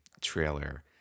trailer